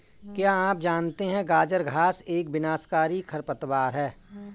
क्या आप जानते है गाजर घास एक विनाशकारी खरपतवार है?